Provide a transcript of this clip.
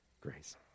grace